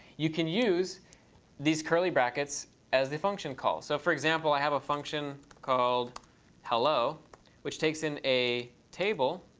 you can use these curly brackets as the function call. so for example, i have a function called hello which takes in a table,